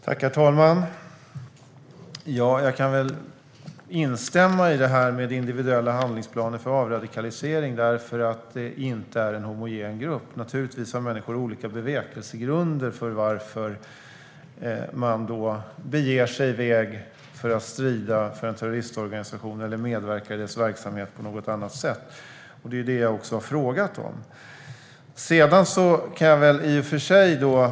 Herr talman! Jag kan instämma i det som sas om individuella handlingsplaner för avradikalisering eftersom det inte är en homogen grupp. Människor har naturligtvis olika bevekelsegrunder för varför de beger sig iväg för att strida för en terroristorganisation eller medverka i dess verksamhet på något annat sätt. Det är också det jag har frågat om.